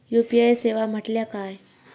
UPI सेवा म्हटल्या काय?